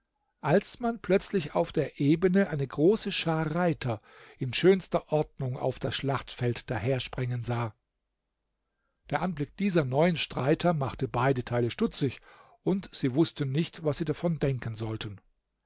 als man plötzlich auf der ebene eine große schar reiter in schönster ordnung auf das schlachtfeld dahersprengen sah der anblick dieser neuen streiter machte beide teile stutzig und sie wußten nicht was sie davon denken sollten